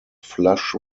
flush